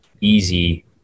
easy